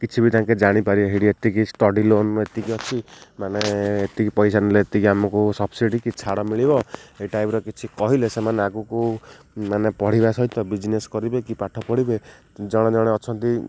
କିଛି ବି ତାଙ୍କେ ଜାଣିପାରିବେ ସେଇଠି ଏତିକି ଷ୍ଟଡ଼ି ଲୋନ୍ ଏତିକି ଅଛି ମାନେ ଏତିକି ପଇସା ନେଲେ ଏତିକି ଆମକୁ ସବ୍ସିଡ଼ି କି ଛାଡ଼ ମିଳିବ ଏଇ ଟାଇପ୍ର କିଛି କହିଲେ ସେମାନେ ଆଗକୁ ମାନେ ପଢ଼ିବା ସହିତ ବିଜନେସ୍ କରିବେ କି ପାଠ ପଢ଼ିବେ ଜଣେ ଜଣେ ଅଛନ୍ତି